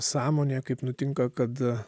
sąmonėje kaip nutinka kad a